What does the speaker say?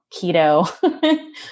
keto